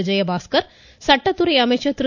விஜயபாஸ்கர் மாநில சட்டத்துறை அமைச்சர் திரு